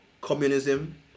communism